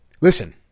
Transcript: listen